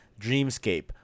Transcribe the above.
Dreamscape